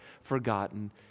forgotten